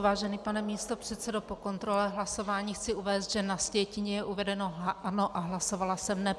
Vážený pane místopředsedo, po kontrole hlasování chci uvést, že na sjetině je uvedeno ano, a hlasovala jsem ne.